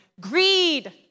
Greed